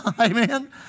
Amen